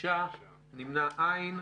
הצבעה בעד, 4 נגד, 6 לא אושרה.